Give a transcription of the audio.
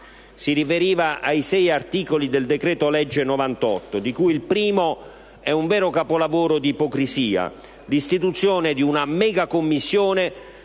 Si riferiva ai 6 articoli del decreto-legge 6 luglio 2011, n. 98, di cui il primo è un vero capolavoro di ipocrisia: l'istituzione di una mega commissione